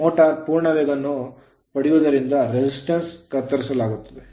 motor ಪೂರ್ಣ ವೇಗವನ್ನು ಪಡೆಯುವುದರಿಂದ resistance ಪ್ರತಿರೋಧಗಳನ್ನು ಕತ್ತರಿಸಲಾಗುತ್ತದೆ